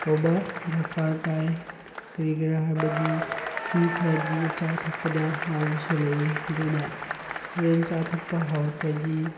ꯇꯧꯕ ꯗꯔꯀꯥꯔ ꯇꯥꯏ ꯀꯔꯤꯒꯤꯔ ꯍꯥꯏꯕꯗꯤ ꯃꯤ ꯈꯔꯗꯤ ꯆꯥ ꯊꯛꯄꯗ ꯉꯥꯎꯕꯁꯨ ꯂꯩꯌꯦ ꯑꯗꯨꯅ ꯍꯣꯔꯦꯟ ꯆꯥ ꯊꯛꯄ ꯍꯥꯎꯇ꯭ꯔꯗꯤ